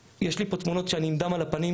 יש לי פה תמונות שאני עם דם על הפנים.